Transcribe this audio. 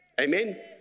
Amen